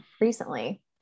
recently